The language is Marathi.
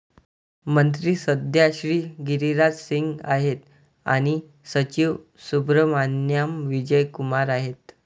मंत्री सध्या श्री गिरिराज सिंग आहेत आणि सचिव सुब्रहमान्याम विजय कुमार आहेत